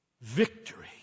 victory